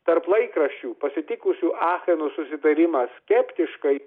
tarp laikraščių pasitikusių acheno susitarimą skeptiškai